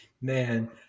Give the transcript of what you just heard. man